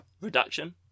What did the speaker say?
Reduction